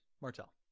Martell